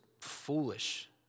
foolish